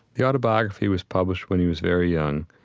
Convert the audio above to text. the autobiography was published when he was very young.